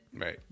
right